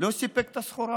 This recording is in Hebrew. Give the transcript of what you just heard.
לא סיפק את הסחורה.